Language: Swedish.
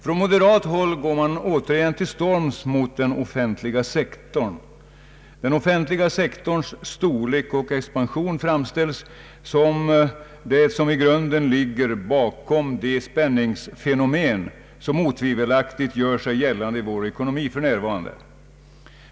Från moderat håll går man återigen till storms mot den offentliga sektorn. Den offentliga sektorns storlek och expansion framställs som det som i grunden ligger bakom de spänningsfenomen som otvivelaktigt gör sig gällande i vår ekonomi för närvarande.